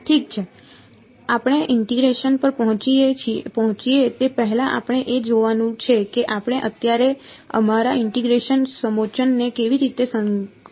ઠીક છે આપણે ઇન્ટીગ્રેશન પર પહોંચીએ તે પહેલાં આપણે એ જોવાનું છે કે આપણે અત્યારે અમારા ઇન્ટીગ્રેશન સમોચ્ચને કેવી રીતે સંશોધિત કરીએ છીએ